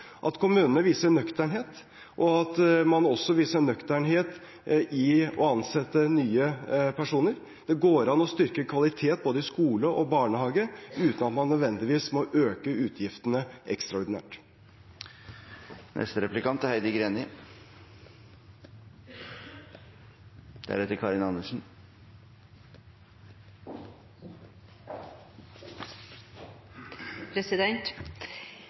at kommunene viser nøkternhet, og at man også viser nøkternhet i å ansette nye personer. Det går an å styrke kvaliteten både i skole og barnehage uten at man nødvendigvis må øke utgiftene ekstraordinært. «Lokaldemokratireform» ble kommunereformen kalt. Komitélederen bekrefter i Aftenposten i dag at frivilligheten er